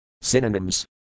Synonyms